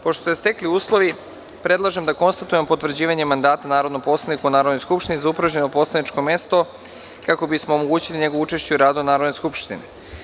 Pošto su se stekli uslovi, predlažem da konstatujemo potvrđivanje mandata narodnom poslaniku u Narodnoj skupštini za upražnjeno poslaničko mesto, kako bismo omogućili njegovo učešće u radu Narodne skupštine.